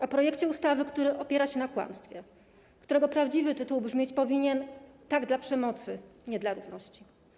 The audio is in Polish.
O projekcie ustawy, który opiera się na kłamstwie, którego prawdziwy tytuł brzmieć powinien: tak dla przemocy, nie dla równości.